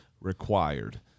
required